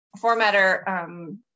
formatter